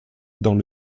dans